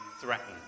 threatened